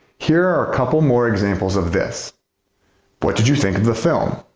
here are a couple more examples of this what did you think of the film?